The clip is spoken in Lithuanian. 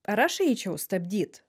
ar aš eičiau stabdyt